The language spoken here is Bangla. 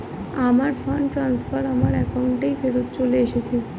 আমার ফান্ড ট্রান্সফার আমার অ্যাকাউন্টেই ফেরত চলে এসেছে